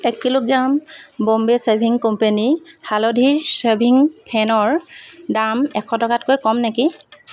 এক kilogram Bombay shaving company হালধিৰ শ্বেভিং ফেনৰ দাম এশ টকাতকৈ কম নেকি